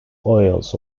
oils